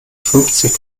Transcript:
fünfzig